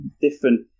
different